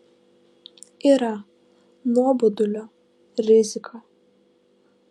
yra nuobodulio rizika